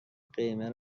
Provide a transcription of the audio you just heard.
قیمه